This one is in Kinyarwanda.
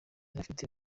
afite